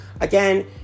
again